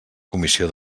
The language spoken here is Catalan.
comissió